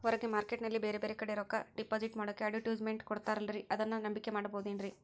ಹೊರಗೆ ಮಾರ್ಕೇಟ್ ನಲ್ಲಿ ಬೇರೆ ಬೇರೆ ಕಡೆ ರೊಕ್ಕ ಡಿಪಾಸಿಟ್ ಮಾಡೋಕೆ ಅಡುಟ್ಯಸ್ ಮೆಂಟ್ ಕೊಡುತ್ತಾರಲ್ರೇ ಅದನ್ನು ನಂಬಿಕೆ ಮಾಡಬಹುದೇನ್ರಿ?